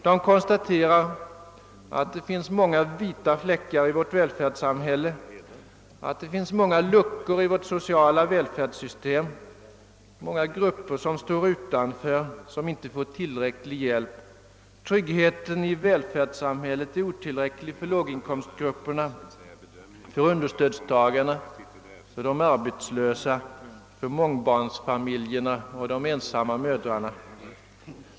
De konstaterar att det finns många vita fläckar i vårt välfärdssamhälle, att det finns många luckor i vårt sociala välfärdssystem, många grupper som står utanför och som inte får tillräcklig hjälp. Tryggheten i välfärdssamhället är otillräcklig för låg inkomstgrupperna, för understödstagarna, för de arbetslösa, för mångbarnsfamiljerna och för de ensamma mödrarna.